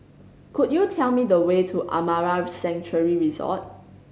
could you tell me the way to Amara Sanctuary Resort